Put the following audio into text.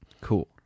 Cool